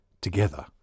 together